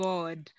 God